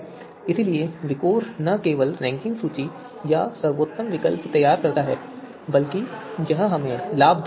इसलिए विकोर न केवल रैंकिंग सूची या सर्वोत्तम विकल्प तैयार करता है बल्कि यह हमें लाभ दर भी देता है